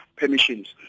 permissions